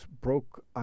broke